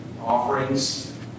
offerings